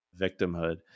victimhood